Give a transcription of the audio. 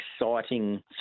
exciting